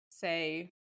say